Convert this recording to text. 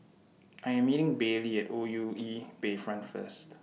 I Am meeting Baylie At O U E Bayfront First